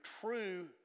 true